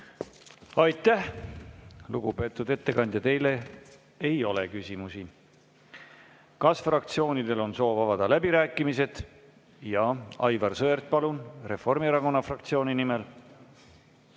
Aitäh, lugupeetud ettekandja! Teile ei ole küsimusi. Kas fraktsioonidel on soov avada läbirääkimised? Aivar Sõerd, palun, Reformierakonna fraktsiooni nimel!